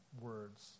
words